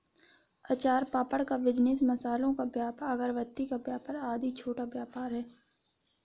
अचार पापड़ का बिजनेस, मसालों का व्यापार, अगरबत्ती का व्यापार आदि छोटा व्यापार है